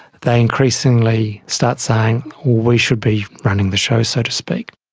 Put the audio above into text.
they increasingly start saying, we should be running the show, so to speak.